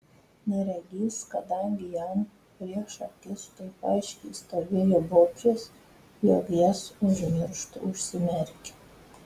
neregys kadangi jam prieš akis taip aiškiai stovėjo bobšės jog jas užmirštų užsimerkė